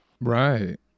Right